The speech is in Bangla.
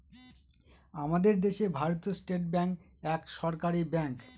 আমাদের দেশে ভারতীয় স্টেট ব্যাঙ্ক এক সরকারি ব্যাঙ্ক